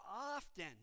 often